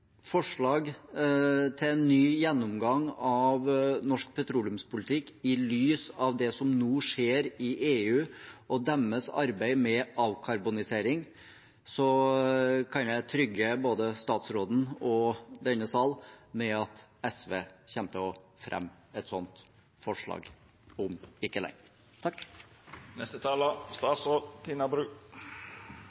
forslag til en ny gjennomgang av norsk petroleumspolitikk i lys av det som nå skjer i EU og deres arbeid med avkarbonisering, så kan jeg trygge både statsråden og denne sal med at SV kommer til å fremme et sånt forslag om ikke lenge. Jeg tror jeg vil starte med å si takk